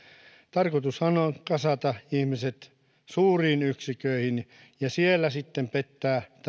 tarkoitushan on kasata ihmiset suuriin yksiköihin ja siellä sitten pettää